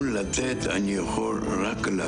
בסדר גמור.